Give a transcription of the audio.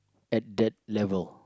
at that level